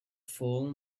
fallen